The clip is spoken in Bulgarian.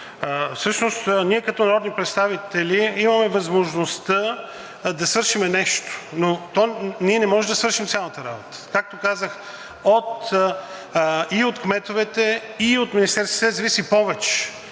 Всъщност ние като народни представители имаме възможността да свършим нещо, но ние не можем да свършим цялата работа. Както казах, и от кметовете, и от Министерския съвет зависи повече.